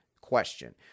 question